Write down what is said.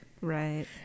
Right